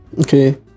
okay